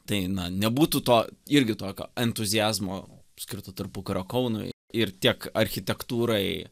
tai na nebūtų to irgi tokio entuziazmo skirto tarpukario kaunui ir tiek architektūrai